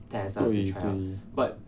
对对